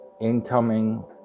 incoming